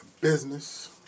business